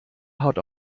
hat